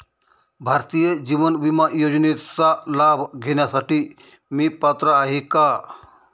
भारतीय जीवन विमा योजनेचा लाभ घेण्यासाठी मी पात्र आहे का?